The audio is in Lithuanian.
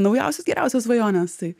naujausios geriausios svajonės tai